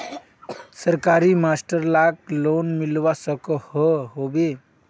सरकारी मास्टर लाक लोन मिलवा सकोहो होबे?